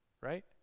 right